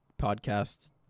podcast